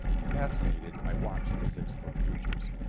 fascinated, i watched the six-foot creatures.